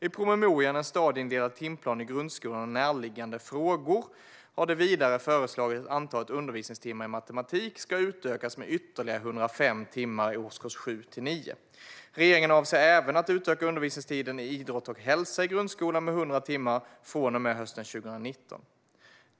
I promemorian En stadieindelad timplan i grundskolan och närliggande frågor har det vidare föreslagits att antalet undervisningstimmar i matematik ska utökas med ytterligare 105 timmar i årskurserna 7-9. Regeringen avser även att utöka undervisningstiden i idrott och hälsa i grundskolan med 100 timmar från och med hösten 2019.